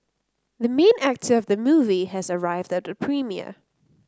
the main actor of the movie has arrived at the premiere